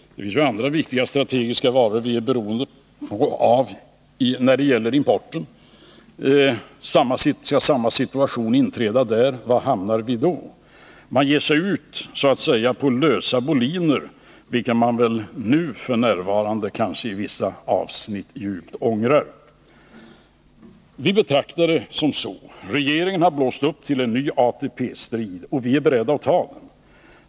Det finns ju andra viktiga strategiska varor som vi är beroende av när det gäller importen. Var hamnar vi, om samma situation skall inträda beträffande dem? Det går på lösa boliner, vilket man kanske nu djupt ångrar i fråga om vissa områden. Visser på saken så här: Regeringen har blåst upp till en ny ATP-strid, och vi är beredda att ta den.